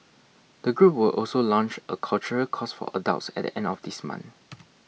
the group will also launch a cultural course for adults at the end of this month